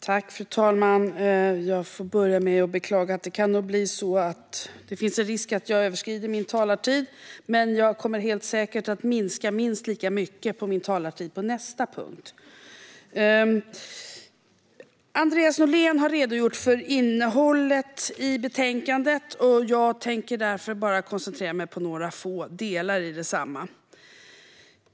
Fru talman! Jag får börja med att beklaga att det finns en risk för att jag överskrider min talartid, men jag kommer helt säkert att minska minst lika mycket min talartid på nästa punkt. Andreas Norlén har redogjort för innehållet i betänkandet, och jag tänker därför koncentrera mig på bara några få delar i detsamma.